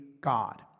God